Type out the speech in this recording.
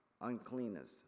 Uncleanness